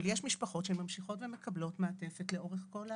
אבל יש משפחות שממשיכות ומקבלות מעטפת לאורך כל התקופה.